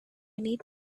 need